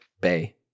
Bay